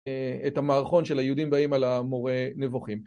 את המערכון של היהודים באים, על המורה נבוכים